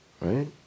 Right